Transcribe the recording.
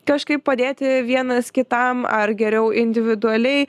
kažkaip padėti vienas kitam ar geriau individualiai